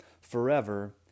forever